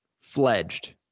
fledged